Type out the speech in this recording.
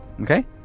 Okay